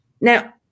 Now